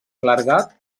clergat